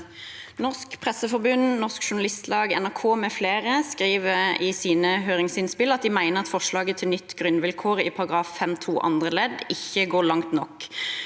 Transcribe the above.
Norsk Presseforbund, Norsk Journalistlag, NRK mfl. skriver i sine høringsinnspill at de mener at forslaget til nytt grunnvilkår i § 5-2 andre ledd ikke går langt nok.